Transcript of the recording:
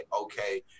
okay